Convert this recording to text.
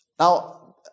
Now